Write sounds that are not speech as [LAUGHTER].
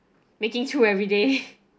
making through every day [LAUGHS]